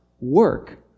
work